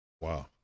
Wow